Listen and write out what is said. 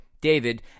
David